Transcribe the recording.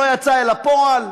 לא יצאה אל הפועל.